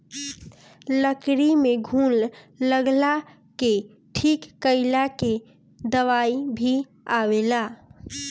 लकड़ी में घुन लगला के ठीक कइला के दवाई भी आवेला